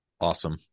Awesome